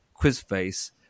Quizface